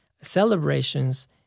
celebrations